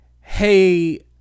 hey